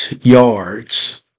yards